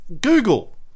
Google